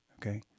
okay